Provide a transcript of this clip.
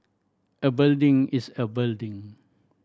a building is a building